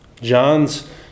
John's